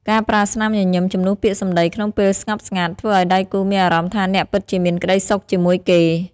ការប្រើស្នាមញញឹមជំនួសពាក្យសម្ដីក្នុងពេលស្ងប់ស្ងាត់ ធ្វើឱ្យដៃគូមានអារម្មណ៍ថាអ្នកពិតជាមានក្ដីសុខជាមួយគេ។